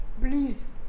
please